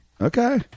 Okay